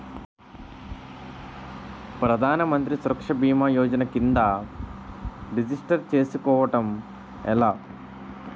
ప్రధాన మంత్రి సురక్ష భీమా యోజన కిందా రిజిస్టర్ చేసుకోవటం ఎలా?